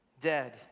dead